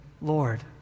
Lord